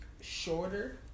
shorter